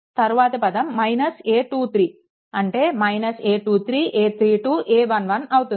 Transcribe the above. తరువాత పదం a23 అంటే a23a32a11 అవుతుంది